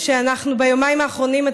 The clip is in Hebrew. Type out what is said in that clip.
שאנחנו מצביעים עליהם ביומיים האחרונים,